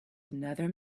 another